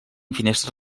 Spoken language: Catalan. finestres